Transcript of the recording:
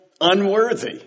Unworthy